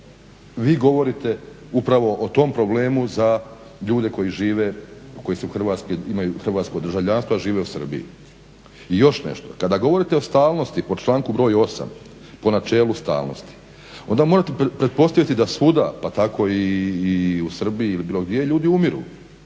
Vi govorite upravo o tom problemu za ljude koji žive, koji su Hrvatski, koji imaju Hrvatsko državljanstvo a žive u Srbiji. I još nešto, kada govorite o ustavnosti, po članku broj 8. po načelu ustavnosti, onda morate pretpostaviti da svuda pa tako i u Srbiji ili bilo gdje, ljudi umiru.